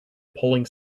pulling